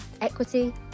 equity